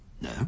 No